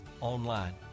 online